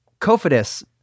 Kofidis